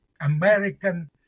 American